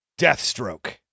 Deathstroke